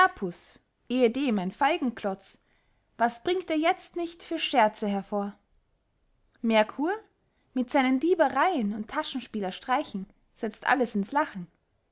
was bringt er jetzt nicht für scherze hervor merkur mit seinen diebereyen und taschenspielerstreichen setzt alles ins lachen